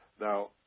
now